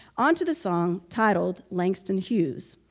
onto the song titled langston hughes.